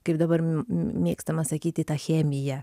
kaip dabar m m mėgstama sakyti ta chemija